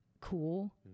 cool